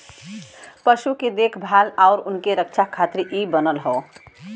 पशु के देखभाल आउर उनके रक्षा खातिर इ बनल हौ